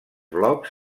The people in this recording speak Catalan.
blocs